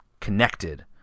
connected